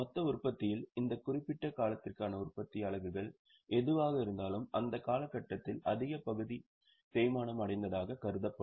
மொத்த உற்பத்தியில் அந்த குறிப்பிட்ட காலத்திற்கான உற்பத்தி அலகுகள் எதுவாக இருந்தாலும் அந்தக் காலகட்டத்தில் அதிக பகுதி தேய்மானம் அடைந்ததாக கருதப்படும்